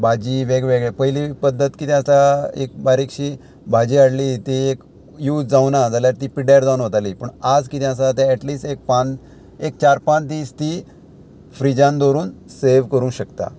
भाजी वेगवेगळे पयली पद्दत कितें आसा एक बारीकशी भाजी हाडली ती एक यूज जावना जाल्यार ती पिड्ड्यार जावन वताली पूण आज किदें आसा तें एटलीस्ट एक पांच एक चार पांच दीस ती फ्रिजान दवरून सेव करूंक शकता